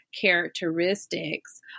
characteristics